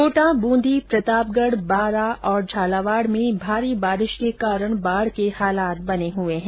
कोटा बूंदी प्रतापगढ बांरा और झालावाड़ में भारी बारिश के कारण बाढ के हालात बने हुए है